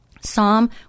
Psalm